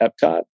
Epcot